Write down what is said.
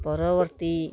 ପରବର୍ତ୍ତୀ